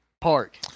Park